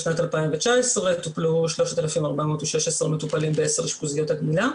בשנת 2019 טופלו 3,416 מטופלים בעשר אשפוזיות הגמילה,